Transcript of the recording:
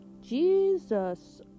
jesus